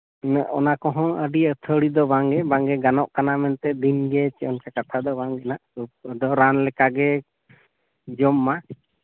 ᱤᱱᱟᱹᱜ ᱚᱱᱟ ᱠᱚᱦᱚᱸ ᱟᱹᱰᱤ ᱟᱹᱛᱷᱟᱹᱲᱤ ᱫᱚ ᱵᱟᱝᱜᱮ ᱵᱟᱝᱜᱮ ᱜᱟᱱᱚᱜ ᱠᱟᱱᱟ ᱢᱮᱱᱛᱮ ᱥᱮ ᱫᱤᱱᱜᱮ ᱠᱟᱛᱷᱟ ᱫᱚ ᱵᱟᱝ ᱠᱟᱱᱟ ᱨᱟᱱ ᱞᱮᱠᱟᱜᱮ ᱡᱚᱢ ᱢᱟ